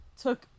took